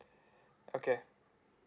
okay